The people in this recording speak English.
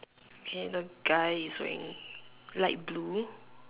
okay the guy is wearing light blue